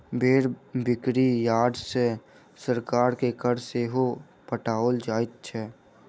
भेंड़ बिक्री यार्ड सॅ सरकार के कर सेहो पठाओल जाइत छै